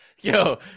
Yo